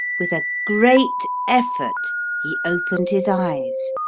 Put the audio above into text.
with a great effort he opened his eyes,